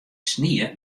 snie